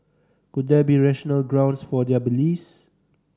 could there be rational grounds for their beliefs